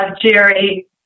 Jerry